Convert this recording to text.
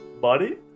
body